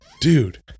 dude